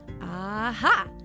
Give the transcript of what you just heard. Aha